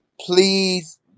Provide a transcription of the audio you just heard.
please